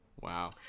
Wow